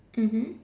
mmhmm